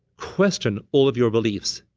question all of your beliefs.